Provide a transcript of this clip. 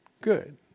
good